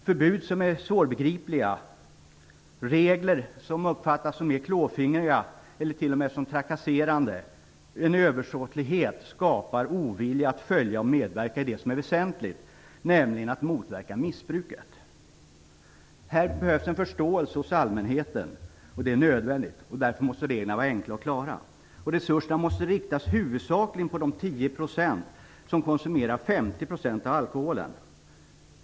Förbud som är svårbegripliga, regler som uppfattas som klåfingriga, eller t.o.m. som trakasserande, en översåtlighet, skapar ovilja att följa och medverka i det som är väsentligt, nämligen att motverka missbruket. Här behövs en förståelse hos allmänheten. Det är nödvändigt. Därför måste reglerna vara enkla och klara. Resurserna måste inriktas huvudsakligen på de 10 % som konsumerar 50 % av alkoholen.